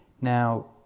Now